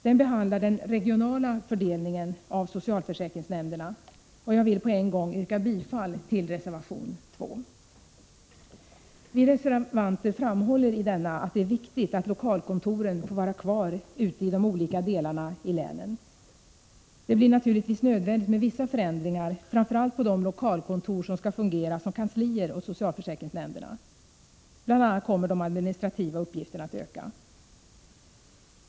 Den behandlar den regionala fördelningen av socialförsäkringsnämnderna, och jag vill på en gång yrka bifall till reservation 2. Vi reservanter framhåller i denna reservation att det är viktigt att lokalkontoren får vara kvar ute i de olika delarna av länen. Det blir naturligtvis nödvändigt med vissa förändringar, framför allt på de lokalkontor som skall fungera som kanslier åt socialförsäkringsnämnderna. Bl.a. kommer de administrativa uppgifterna att öka.